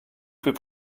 peut